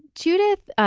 judith,